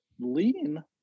lean